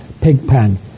Pigpen